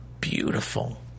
beautiful